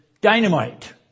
dynamite